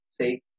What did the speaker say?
say